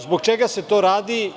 Zbog čega se to radi?